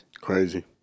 Crazy